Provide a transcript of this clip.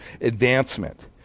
advancement